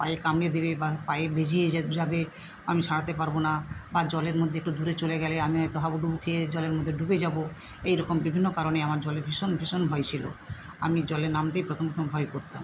পায়ে কামড়ে দেবে বা পায়ে বেজিয়ে যাবে আমি ছাড়াতে পারব না বা জলের মধ্যে একটু দূরে চলে গেলে আমি হয়তো হাবুডুবু খেয়ে জলের মধ্যে ডুবে যাব এই রকম বিভিন্ন কারণেই আমার জলে ভীষণ ভীষণ ভয় ছিল আমি জলে নামতেই প্রথম প্রথম ভয় করতাম